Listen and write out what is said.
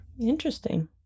Interesting